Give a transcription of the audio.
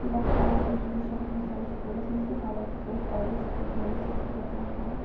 تیوٗتاہ خاص ایجوکیشَن اوس نہٕ سٲنِس سکوٗلَس منٛز کہ حالانکہ سُہ اوس پرٛایویٹ سکوٗل تِمَن ٲسۍ أسۍ تیٖتیٛاہ پۄنٛسہٕ دِوان